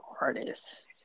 artists